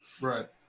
Right